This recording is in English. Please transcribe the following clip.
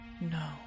No